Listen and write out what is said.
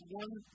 one